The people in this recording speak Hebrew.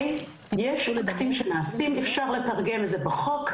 יש אקטים שנעשים, אפשר לתרגם את זה בחוק.